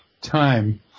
time